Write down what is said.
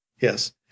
Yes